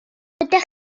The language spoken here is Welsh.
ydych